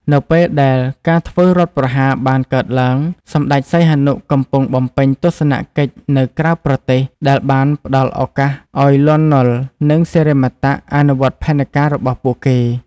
នៅពេលដែលការធ្វើរដ្ឋប្រហារបានកើតឡើង សម្ដេចសីហនុកំពុងបំពេញទស្សនកិច្ចនៅក្រៅប្រទេស ដែលបានផ្ដល់ឱកាសឱ្យ លន់ នល់ និងសិរិមតៈ អនុវត្តផែនការរបស់ពួកគេ។